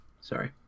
Sorry